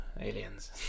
aliens